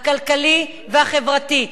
הכלכלי והחברתי.